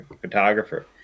photographer